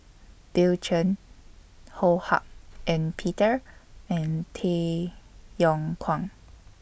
Bill Chen Ho Hak Ean Peter and Tay Yong Kwang